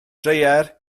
dreier